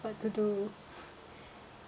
what to do